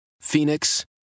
Phoenix